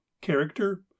Character